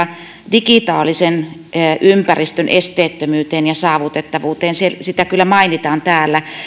digitaalisen ympäristön esteettömyyteen ja saavutettavuuteen siitä kyllä mainitaan täällä